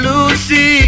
Lucy